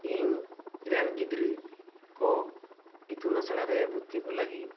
ᱤᱧ ᱨᱮᱱ ᱜᱤᱫᱽᱨᱟᱹ ᱠᱚ ᱤᱛᱩᱱ ᱟᱥᱲᱟ ᱨᱮ ᱵᱷᱩᱨᱛᱤ ᱠᱚ ᱞᱟᱹᱜᱤᱫ